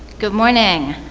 good morning,